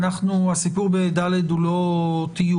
הסיפור ב-(ד) הוא לא טיוב.